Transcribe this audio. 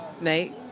Nate